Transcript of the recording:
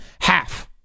Half